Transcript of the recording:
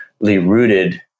rooted